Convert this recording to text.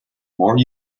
more